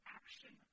action